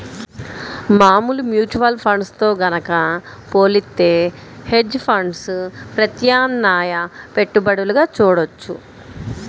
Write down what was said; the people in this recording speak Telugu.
మామూలు మ్యూచువల్ ఫండ్స్ తో గనక పోలిత్తే హెడ్జ్ ఫండ్స్ ప్రత్యామ్నాయ పెట్టుబడులుగా చూడొచ్చు